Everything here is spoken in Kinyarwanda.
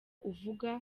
uvuga